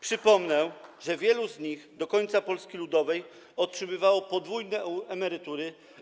Przypomnę, że wielu z nich do końca Polski Ludowej otrzymywało podwójne emerytury.